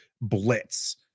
blitz